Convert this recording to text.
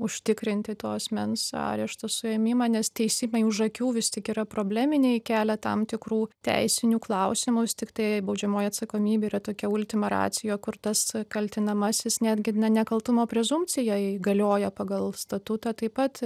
užtikrinti to asmens areštą suėmimą nes teisimai už akių vis tik yra probleminiai kelia tam tikrų teisinių klausimus tiktai baudžiamoji atsakomybė yra tokia ultima racijo kur tas kaltinamasis netgi na nekaltumo prezumpcijai galioja pagal statutą taip pat